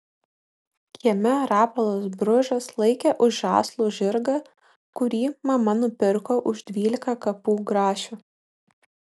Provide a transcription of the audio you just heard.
kieme rapolas bružas laikė už žąslų žirgą kurį mama nupirko už dvylika kapų grašių